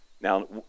Now